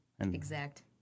Exact